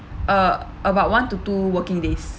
uh about one to two working days